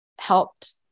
helped